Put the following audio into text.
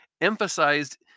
emphasized